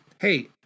hey